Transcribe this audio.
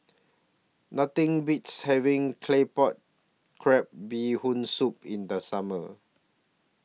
Nothing Beats having Claypot Crab Bee Hoon Soup in The Summer